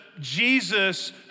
Jesus